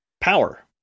Power